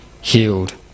healed